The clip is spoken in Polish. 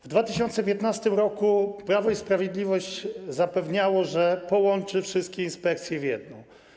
W 2015 r. Prawo i Sprawiedliwość zapewniało, że połączy wszystkie inspekcje w jedną.